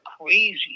crazy